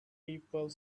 people